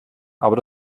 aber